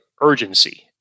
urgency